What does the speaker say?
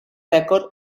rècord